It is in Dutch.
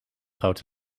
groot